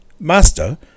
Master